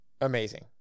amazing